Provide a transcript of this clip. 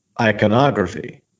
iconography